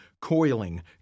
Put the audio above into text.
coiling